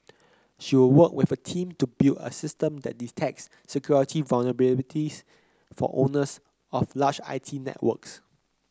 she will work with a team to build a system that detects security vulnerabilities for owners of large I T networks